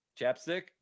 Chapstick